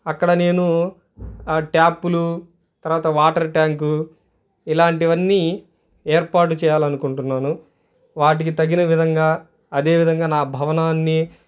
అక్కడ నేను ఆ ట్యాప్లు తర్వాత వాటర్ ట్యాంకు ఇలాంటివన్నీ ఏర్పాటు చేయాలనుకుంటున్నాను వాటికి తగిన విధంగా అదేవిధంగా నా భవనాన్ని